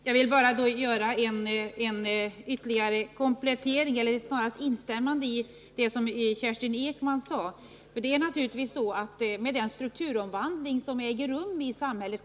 Den 29 november 1979 beslöt riksdagen att hos regeringen begära en utredning för att kartlägga arbetsmarknaden för korttidsanställda inom kontorsområdet.